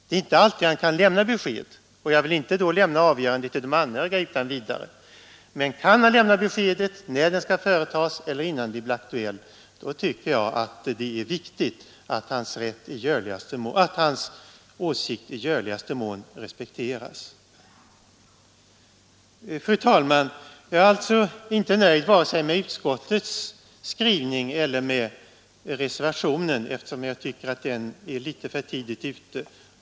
Det är inte alltid han kan ge besked, och jag vill då inte utan vidare lämna avgörandet till de anhöriga. Men kan patienten ge besked om behandlingsmetoderna innan det blir aktuellt, är det viktigt att hans åsikt i görligaste mån respekteras. Fru talman! Jag är alltså inte nöjd vare sig med utskottets skrivning eller med reservationen, eftersom jag tycker att den är litet för tidigt ute.